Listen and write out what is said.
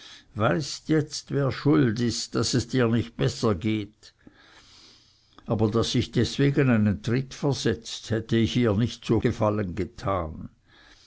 weißt jetzt wer schuld ist daß es dir nicht besser geht aber daß ich deswegen einen tritt versetzt hätte ich ihr nicht zu gefallen getan